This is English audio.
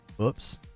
oops